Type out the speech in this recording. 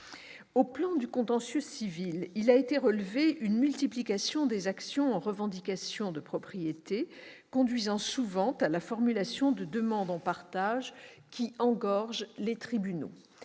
le plan du contentieux civil, il a été relevé une multiplication des actions en revendication de propriété, conduisant souvent à la formulation de demandes en partage qui engorgent les tribunaux.